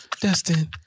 Dustin